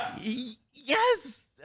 yes